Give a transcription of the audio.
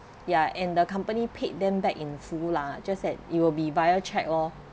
yeah and the company paid them back in full lah just that it will be via cheque lor